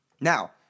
now